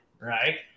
right